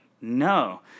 No